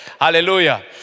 Hallelujah